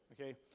okay